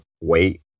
wait